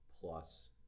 plus